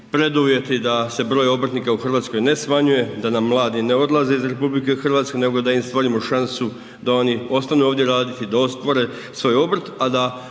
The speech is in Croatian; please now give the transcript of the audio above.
preduvjeti da se broj obrtnika u Hrvatskoj ne smanjuje, da nam mladi ne odlaze iz RH nego da im stvorimo šansu da oni ostanu ovdje raditi i da otvore svoj obrt.